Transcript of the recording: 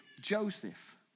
Joseph